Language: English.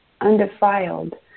undefiled